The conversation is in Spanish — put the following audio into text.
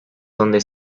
donde